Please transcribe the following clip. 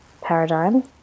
paradigm